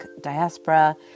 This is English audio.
Diaspora